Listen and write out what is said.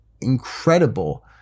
incredible